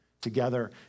together